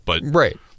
Right